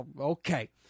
okay